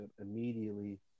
immediately